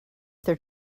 their